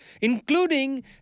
including